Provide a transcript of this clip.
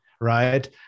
right